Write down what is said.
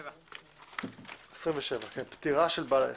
27. פטירה של בעל העסק.